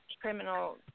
criminal